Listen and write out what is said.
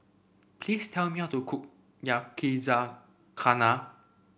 please tell me how to cook Yakizakana